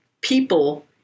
people